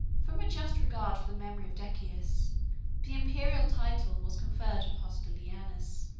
from a just regard for the memory of decius, the imperial title was conferred on hostilianus,